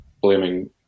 blaming